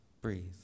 breathe